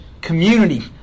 community